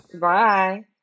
Bye